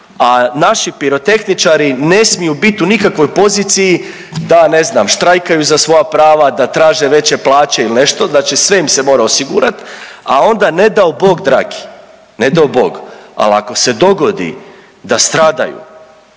a naši pirotehničari ne smiju bit u nikakvoj poziciji da ne znam, štrajkaju za svoja prava, da traže veće plaće ili nešto, znači sve im se mora osigurati, a onda ne dao Bog dragi, ne dao Bog, ali ako se dogodi da stradaju,